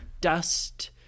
dust